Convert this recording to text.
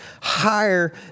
higher